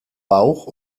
bauch